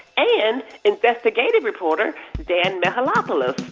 and investigative reporter dan mihalopoulos.